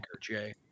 jay